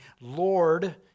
Lord